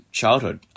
childhood